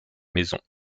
maison